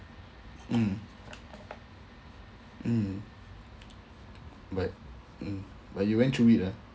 mm mm but mm but you went through it ah